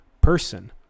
person